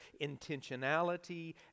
intentionality